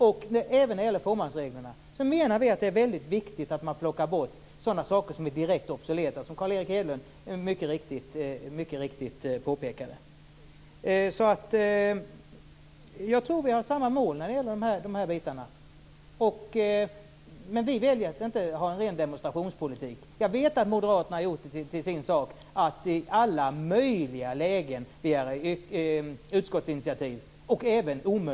Även när det gäller fåmansreglerna menar vi att det är väldigt viktigt att man plockar bort sådana saker som är direkt obsoleta, som Carl Erik Hedlund mycket riktigt påpekade. Jag tror att vi har samma mål när det gäller de här frågorna. Men vi väljer att inte ha en ren demonstrationspolitik. Jag vet att moderaterna har gjort det till sin sak att i alla möjliga och även omöjliga lägen begära utskottsinitiativ.